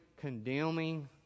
condemning